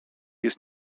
jest